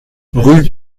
rue